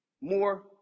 more